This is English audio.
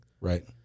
Right